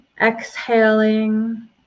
exhaling